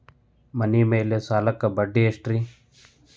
ಮನಿ ಮೇಲಿನ ಸಾಲಕ್ಕ ಬಡ್ಡಿ ಎಷ್ಟ್ರಿ?